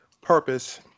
purpose